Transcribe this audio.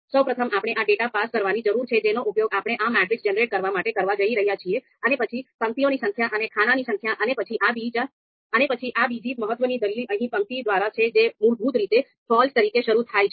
સૌપ્રથમ આપણે આ ડેટા પાસ કરવાની જરૂર છે જેનો ઉપયોગ આપણે આ મેટ્રિક્સ જનરેટ કરવા માટે કરવા જઈ રહ્યા છીએ અને પછી પંક્તિઓની સંખ્યા અને ખાનાની સંખ્યા અને પછી આ બીજી મહત્વની દલીલ અહી પંક્તિ દ્વારા છે જે મૂળભૂત રીતે ફાલસ તરીકે શરૂ થાય છે